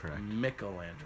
Michelangelo